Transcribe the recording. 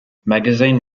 magazine